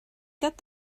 get